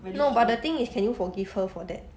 no but the thing is can you forgive her for that